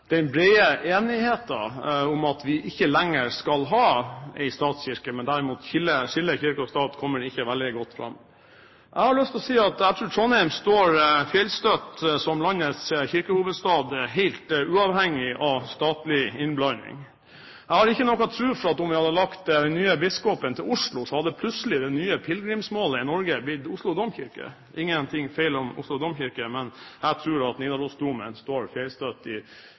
om at vi ikke lenger skal ha en statskirke, men derimot skille kirke og stat, kommer ikke veldig godt fram. Jeg har lyst til å si at jeg tror Trondheim står fjellstøtt som landets kirkehovedstad, helt uavhengig av statlig innblanding. Jeg har ikke noe tro på at om vi hadde lagt det nye bispeembetet til Oslo, så hadde plutselig det nye pilegrimsmålet i Norge blitt Oslo domkirke. Det er ikke noe feil med Oslo domkirke, men jeg tror at Nidarosdomen står fjellstøtt i